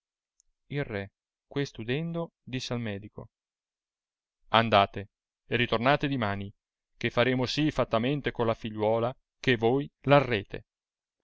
il re questo udendo disse al medico andate e ritornate dimani che faremo sì fattamente con la figliuola che voi r arrete